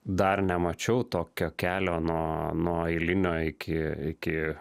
dar nemačiau tokio kelio nuo nuo eilinio iki iki